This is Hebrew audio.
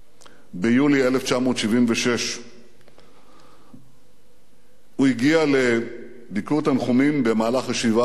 ביולי 1976. הוא הגיע לביקור תנחומים במהלך השבעה על אחי יוני,